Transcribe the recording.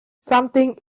something